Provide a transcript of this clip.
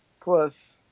plus